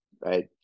right